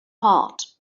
heart